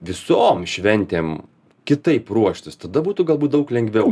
visom šventėm kitaip ruoštis tada būtų galbūt daug lengviau